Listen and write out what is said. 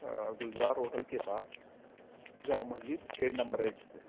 گلزار hotel کے پاس Jama Masjid gate number ایک پہ